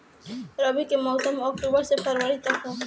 रबी के मौसम अक्टूबर से फ़रवरी तक ह